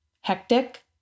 hectic